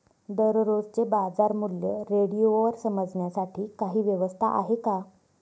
दररोजचे बाजारमूल्य रेडिओवर समजण्यासाठी काही व्यवस्था आहे का?